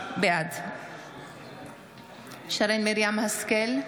בעד שרן מרים השכל,